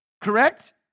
correct